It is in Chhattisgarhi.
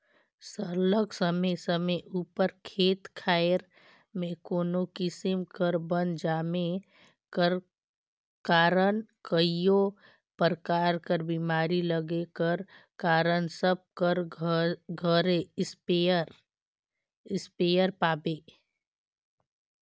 सरलग समे समे उपर खेत खाएर में कोनो किसिम कर बन जामे कर कारन कइयो परकार कर बेमारी लगे कर कारन सब कर घरे इस्पेयर पाबे